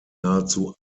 nahezu